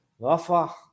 rafah